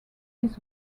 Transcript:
his